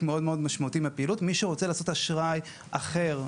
מי שרוצה לעשות אשראי אחר,